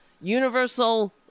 universal